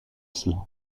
cela